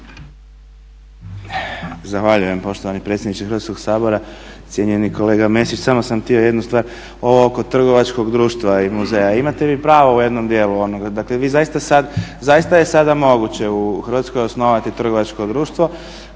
Zahvaljujem poštovani predsjedniče Hrvatskog sabora. Cijenjeni kolega Mesić samo sam htio jednu stvar, ovo oko trgovačkog društva i muzeja. Imate vi pravo u jednom dijelu. Dakle, zaista je sada moguće u Hrvatskoj osnovati trgovačko društvo